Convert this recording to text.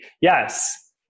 Yes